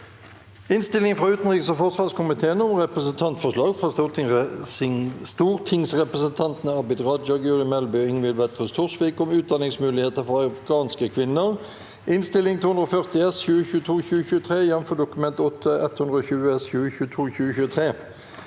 Innstilling fra utenriks- og forsvarskomiteen om Representantforslag fra stortingsrepresentantene Abid Raja, Guri Melby og Ingvild Wetrhus Thorsvik om utdanningsmuligheter for afghanske kvinner (Innst. 240 S (2022–2023), jf. Dokument 8:120 S (2022–2023))